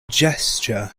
gesture